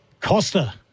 Costa